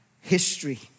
history